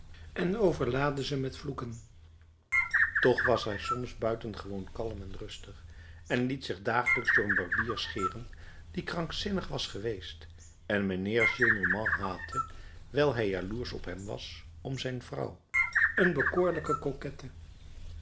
en overlaadde ze met vloeken toch was hij soms buitengewoon kalm en rustig en liet zich dagelijks door een barbier scheren die krankzinnig was geweest en mijnheer gillenormand haatte wijl hij jaloersch op hem was om zijn vrouw een bekoorlijke